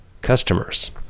customers